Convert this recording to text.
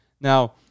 Now